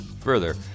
Further